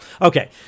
Okay